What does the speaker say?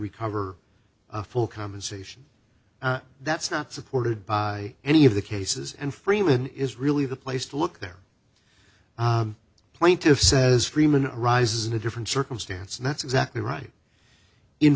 recover full compensation that's not supported by any of the cases and freeman is really the place to look their plaintiffs says freeman rises in a different circumstance and that's exactly right in